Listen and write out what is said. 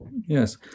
Yes